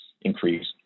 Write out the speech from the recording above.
increase